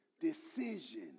decision